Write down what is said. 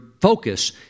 focus